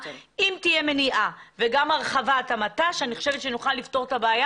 אם תהיה מניעה וגם הרחבת המט"ש אני חושבת שנוכל לפתור את הבעיה